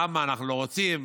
למה אנחנו לא רוצים,